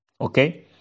okay